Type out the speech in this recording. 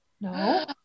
No